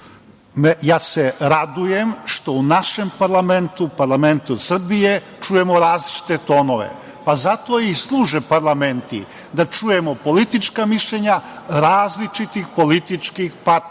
ja se radujem što u našem parlamentu, parlamentu Srbije, čujemo različite tonove. Pa zato i služe parlamenti da čujemo politička mišljenja različitih političkih partija.